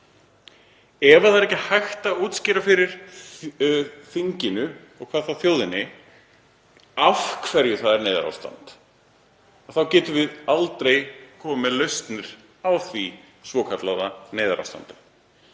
Ef ekki er hægt að útskýra fyrir þinginu, og hvað þá þjóðinni, af hverju það er neyðarástand þá getum við aldrei komið með lausnir á því svokallaða neyðarástandi.